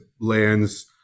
lands